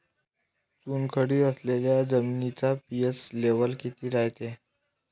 चुनखडी असलेल्या जमिनीचा पी.एच लेव्हल किती रायते?